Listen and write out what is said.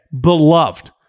Beloved